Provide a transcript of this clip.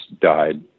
died